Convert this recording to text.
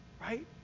Right